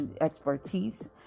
expertise